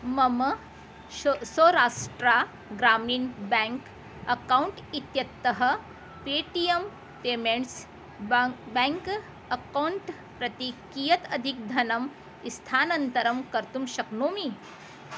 मम शो Saurashtra Gramin bank account इत्यतः पेटी एम् पेमेण्ट्स् बाङ् बेङ्क् अक्कौण्ट् प्रति कियत् अधिकं धनं स्थानान्तरं कर्तुं शक्नोमि